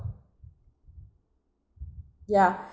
ya